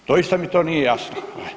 Doista mi to nije jasno.